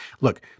Look